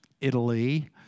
Italy